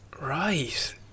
Right